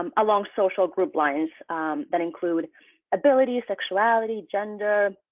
um along social group lines that include ability, sexuality, gender,